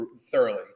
thoroughly